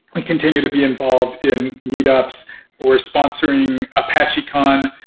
we continue to be involved in meet ups or sponsoring apache con.